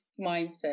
mindset